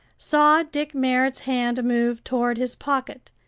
saw dick merrit's hand move toward his pocket,